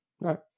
Right